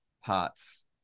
Parts